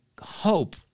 hope